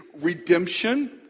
redemption